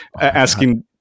asking